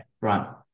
right